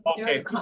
okay